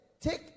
Take